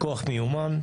כוח מיומן.